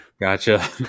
gotcha